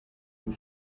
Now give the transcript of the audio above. you